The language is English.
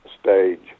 stage